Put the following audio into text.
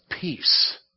peace